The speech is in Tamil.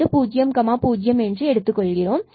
அது 00 என்று எடுத்துக்கொள்கிறோம்